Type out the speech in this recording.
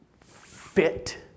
fit